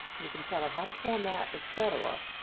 you can tell it how to format etc.